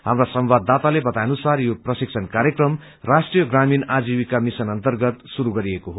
हाम्रा संवाददाताले बताएअनुसार यो प्रशिक्षण र्कायकम राष्ट्रीय ग्रामीण आजीविका मिशन अर्न्तगत शुरू गरिएको हो